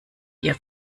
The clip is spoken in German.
ihr